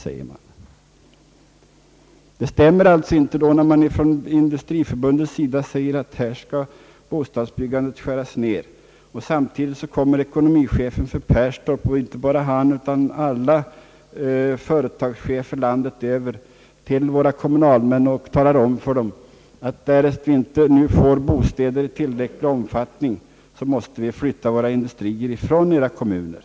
Industriförbundets uttalande stämmer alltså inte när man säger att bostadsbyggandet skall skäras ner, då samtidigt industrichefen för Perstorp och för Övrigt alla företagschefer landet över uppsöker kommunalmän och talar om för dem att därest de inte får bostäder i tillräcklig omfattning, måste de flytta sina industrier från respektive kommuner.